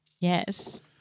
Yes